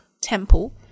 Temple